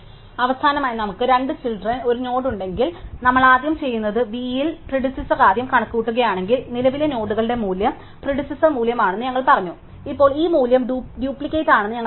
അവസാനമായി നമുക്ക് രണ്ട് ചിൽഡ്രൻ ഒരു നോഡ് ഉണ്ടെങ്കിൽ നമ്മൾ ആദ്യം ചെയ്യുന്നത് v ൽ പ്രിഡിസെസാർ ആദ്യം കണക്കുകൂട്ടുകയാണെങ്കിൽ നിലവിലെ നോഡുകളുടെ മൂല്യം പ്രിഡിസെസാർ മൂല്യമാണെന്ന് ഞങ്ങൾ പറഞ്ഞു ഇപ്പോൾ ഈ മൂല്യം ഡ്യൂപ്ലിക്കേറ്റ് ആണെന്ന് ഞങ്ങൾക്കറിയാം